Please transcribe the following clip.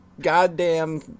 goddamn